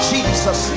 Jesus